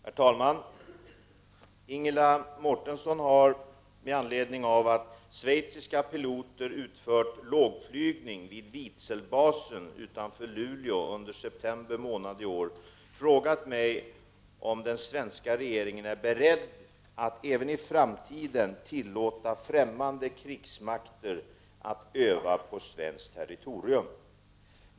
Herr talman! Ingela Mårtensson har, med anledning av att schweiziska piloter utfört lågflygning vid Vidselbasen utanför Luleå under september månadi år, frågat mig om den svenska regeringen är beredd att även i framtiden tillåta främmande krigsmakter att öva på svenskt territorium.